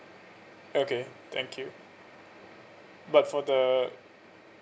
okay thank you but for the